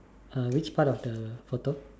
uh which part of the photo